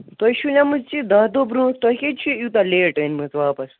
تۄہہِ چھو نِمٕژ یہِ دَہ دۄہ برٛونٛہہ تۄہہِ کیازِ چھو یہِ یوٗتاہ لیٚٹ أنۍمٕژ واپَس